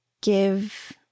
give